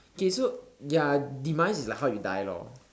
so okay ya so demise is like how you die lor